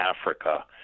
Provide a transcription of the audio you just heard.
Africa